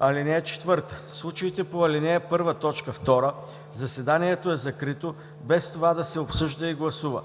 (4) В случаите по ал. 1, т. 2 заседанието е закрито без това да се обсъжда и гласува.